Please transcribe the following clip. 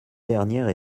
dernières